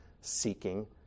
seeking